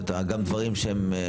שאתה גם דברים שהם?